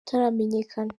utaramenyekana